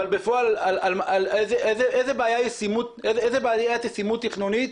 אבל בפועל איזה בעיית ישימות תכנונית